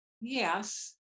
yes